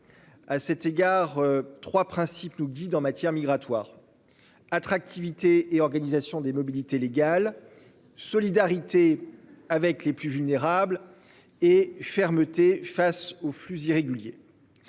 à cet égard trois principe nous guide en matière migratoire. Attractivité et organisation des mobilités légal. Solidarité avec les plus vulnérables. Et fermeté face au flux irréguliers.